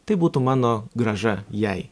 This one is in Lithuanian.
tai būtų mano grąža jai